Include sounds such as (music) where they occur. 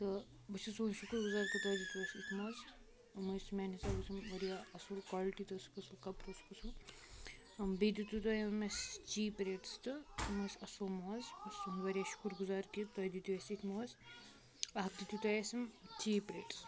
تہٕ بہٕ چھُس تُہنٛد شُکُر گُزار کہِ تۄہہِ دیِتو اَسہِ اِتھۍ موز یِم ٲسۍ میانہِ حِساب اوس یِم واریاہ اَصٕل کالٹی تہِ ٲسکھ اَصل کَپر اوسُکھ اصٕل بیٚیہِ دیِتو تۄہہِ یِم اَسہِ چیٖپ ریٹٕس تہٕ یِم ٲسۍ اَصٕل موز (unintelligible) واریاہ شُکر گُزار کہِ تۄہہِ دیِتو اَسہِ اِتھ موز اَکھ دیِتو تۄہہِ اَسہِ یِم چیٖپ ریٹٕس